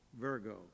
Virgo